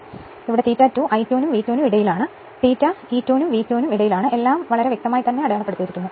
അതിനാൽ ഈ angle I angle ∅ 2 I2 നും V2 നും ഇടയിലാണ് കൂടാതെ angleδ E2 നും V2 നും ഇടയിലാണ് എല്ലാം വ്യക്തമായി അടയാളപ്പെടുത്തിയിരിക്കുന്നു